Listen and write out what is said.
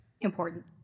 Important